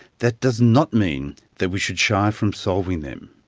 that does not mean that we should shy from solving them.